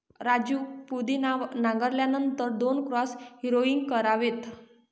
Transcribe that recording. राजू पुदिना नांगरल्यानंतर दोन क्रॉस हॅरोइंग करावेत